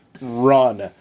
run